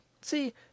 See